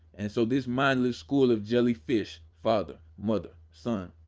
and so this mindless school of jelly-fish, father, mother, son,